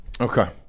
Okay